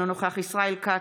אינו נוכח ישראל כץ,